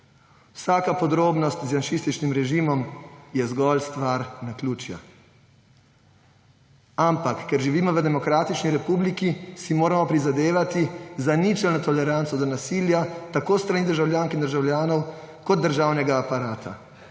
Vsaka podrobnost z janšističnim režimom je zgolj stvar naključja, ampak ker živimo v demokratični republiki, si moramo prizadevati za ničelno toleranco do nasilja tako s strani državljank in državljanov kot državnega aparata.